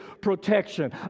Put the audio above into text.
protection